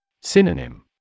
Synonym